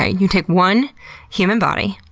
ah you take one human body,